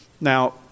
Now